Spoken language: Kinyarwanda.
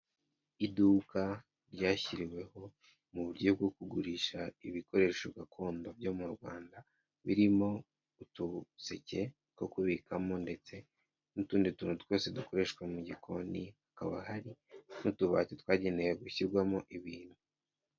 Iduka ryashyiriweho mu buryo bwo kugurisha ibikoresho gakondo byo mu Rwanda, birimo utuseke two kubikamo ndetse n'utundi tuntu twose dukoreshwa mu gikoni, hakaba hari n'utubati twagenewe gushyirwamo ibintu.